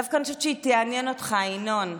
אני דווקא חושבת שהיא תעניין אותך, ינון.